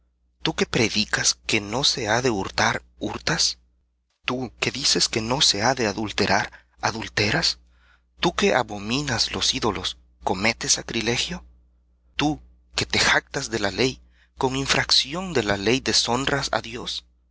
tú que predicas que no se ha de hurtar hurtas tú que dices que no se ha de adulterar adulteras tú que abominas los ídolos cometes sacrilegio tú que te jactas de la ley con infracción de la ley deshonras